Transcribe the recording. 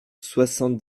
soixante